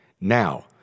Now